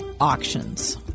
auctions